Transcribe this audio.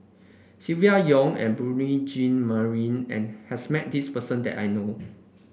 Silvia Yong and Beurel Jean Marie and has met this person that I know